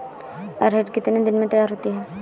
अरहर कितनी दिन में तैयार होती है?